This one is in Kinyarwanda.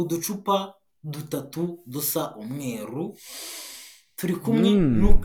Uducupa dutatu dusa umweru, turi kumwe